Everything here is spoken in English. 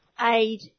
aid